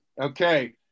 okay